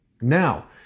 Now